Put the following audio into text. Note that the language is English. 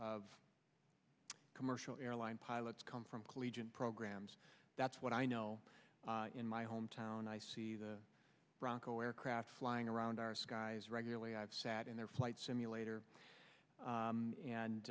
of commercial airline pilots come from collegiate programs that's what i know in my hometown i see the bronco aircraft flying around our skies regularly i've sat in their flight simulator